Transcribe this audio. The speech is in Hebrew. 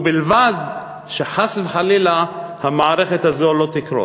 ובלבד שחס וחלילה המערכת הזאת לא תקרוס.